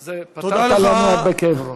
הורדת לנו הרבה כאב ראש.